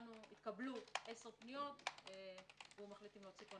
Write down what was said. התקבלו עשר פניות והוא מחליט אם להוציא.